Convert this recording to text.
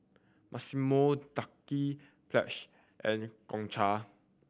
Massimo Dutti Pledge and Gongcha